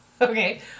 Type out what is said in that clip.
Okay